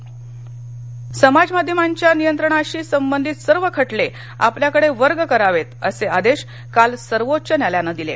सर्वोच्च न्यायालय समाज माध्यमांच्या नियंत्रणाशी संबंधित सर्व खटले आपल्याकडे वर्ग करावेत असे आदेश काल सर्वोच्च न्यायालयानं दिले